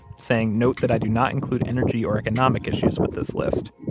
saying note that i do not include energy or economic issues with this list.